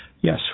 Yes